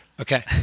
Okay